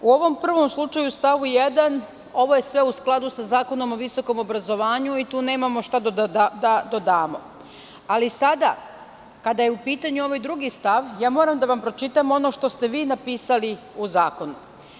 U ovom prvom slučaju u stavu 1. ovo je sve u skladu sa Zakonom o visokom obrazovanju i tu nemamo šta da dodamo, ali sada, kada je u pitanju ovaj drugi stav, moram da vam pročitam ono što ste vi napisali u zakonu.